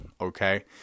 Okay